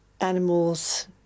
animals